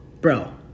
Bro